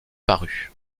paru